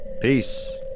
peace